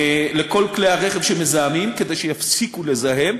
לכל כלי הרכב שמזהמים, כדי שיפסיקו לזהם.